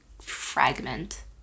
fragment